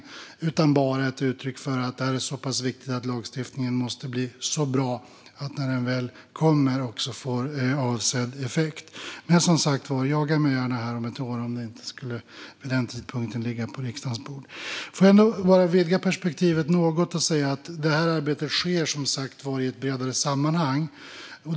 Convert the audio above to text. Det är bara ett uttryck för att detta är så pass viktigt att lagstiftningen måste bli så bra att den när den väl kommer också får avsedd effekt. Som sagt: Jaga mig gärna här om ett år om den vid den tidpunkten inte ligger på riksdagens bord. Om jag får vidga perspektivet något vill jag säga att arbetet som sagt sker i ett bredare sammanhang.